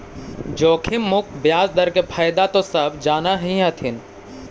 जोखिम मुक्त ब्याज दर के फयदा तो सब जान हीं हथिन